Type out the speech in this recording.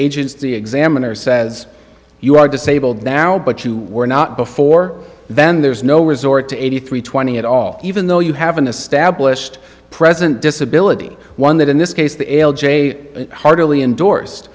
agency examiner says you are disabled now but you were not before then there is no resort to eighty three twenty at all even though you have an established present disability one that in this case the l j heartily indorsed